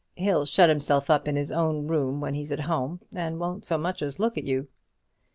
he'll shut himself up in his own room when he's at home, and won't so much as look at you.